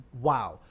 wow